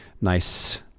nice